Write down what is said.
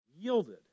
yielded